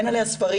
ואין עליה ספרים,